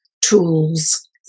tools